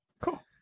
Cool